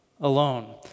alone